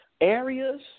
areas